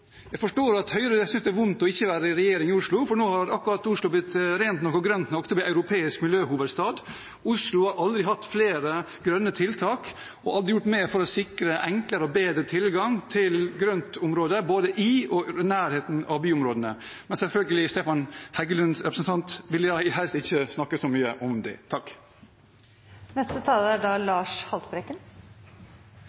Jeg forstår at Høyre synes det er vondt ikke å være i byråd i Oslo, for akkurat nå har Oslo blitt rent nok og grønt nok til å bli europeisk miljøhovedstad. Oslo har aldri hatt flere grønne tiltak og aldri gjort mer for å sikre enklere og bedre tilgang til grøntområder, både i og i nærheten av byområdene. Men selvfølgelig – representanten Stefan Heggelund vil helst ikke snakke så mye om det.